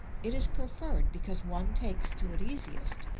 it is preferred because one takes to it easiest,